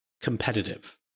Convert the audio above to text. competitive